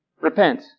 Repent